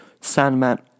Sandman